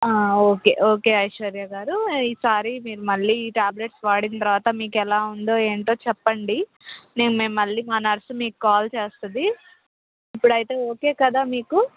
okay okay Aishwarya గారు ఈసారి మీరు మళ్ళీ ఈ టాబ్లెట్స్ వాడిన తర్వాత మీకు ఎలా ఉందో ఏంటో చెప్పండి మేము మేము మళ్ళీ మా నర్స్ మీకు కాల్ చేస్తుంది ఇప్పుడైతే ఓకే కదా మీకు